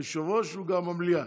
היושב-ראש הוא גם המליאה.